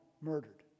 murdered